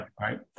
Right